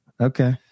Okay